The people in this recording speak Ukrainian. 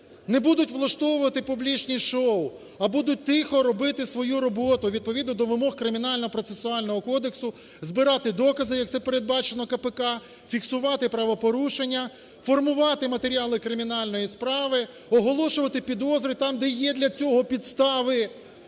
Не будуть влаштовувати публічні шоу, а будуть тихо робити свою роботу відповідно до вимог Кримінально-процесуального кодексу. Збирати докази як це передбачено КПК. Фіксувати правопорушення. Формувати матеріали кримінальної справи. Оголошувати підозри там, де є для цього підстави.